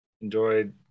enjoyed